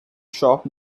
shop